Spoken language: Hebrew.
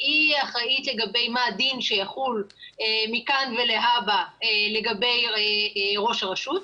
שהיא אחראית לגבי מה הדין שיחול מכאן ולהבא לגבי ראש הרשות,